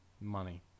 Money